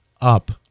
up